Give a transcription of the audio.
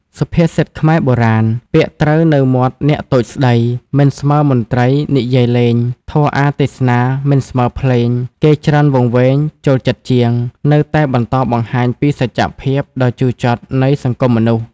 សុភាសិតខ្មែរបុរាណ "ពាក្យត្រូវនៅមាត់អ្នកតូចស្តី មិនស្មើមន្ត្រី និយាយលេង ធម៌អាថ៌ទេសនា មិនស្មើភ្លេង គេច្រើនវង្វេង ចូលចិត្តជាង"នៅតែបន្តបង្ហាញពីសច្ចភាពដ៏ជូរចត់នៃសង្គមមនុស្ស។